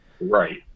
Right